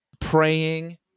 praying